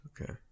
Okay